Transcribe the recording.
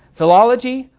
philology,